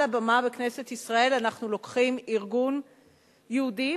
הבמה בכנסת ישראל אנחנו לוקחים ארגון יהודים,